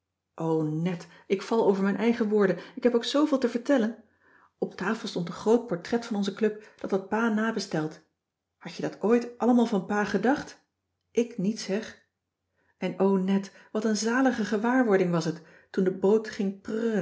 net ik val over mijn eigen woorden ik heb ook zooveel te vertellen op tafel stond een groot portret van onze club dat had pa nabesteld had je dat ooit allemaal van pa gedacht ik niet zeg en o net wat een zalige gewaarwording was t toen de boot ging